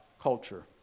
culture